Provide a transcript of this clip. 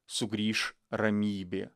sugrįš ramybė